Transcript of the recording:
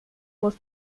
was